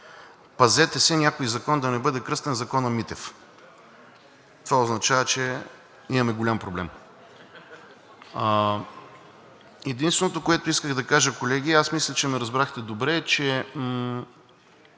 Пазете се някой закон да не бъде кръстен закона Митев това означава, че имаме голям проблем. Единственото, което исках да кажа. Колеги, аз мисля, че ме разбрахте добре, че